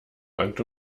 bangt